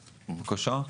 בבקשה.